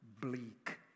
bleak